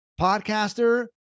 podcaster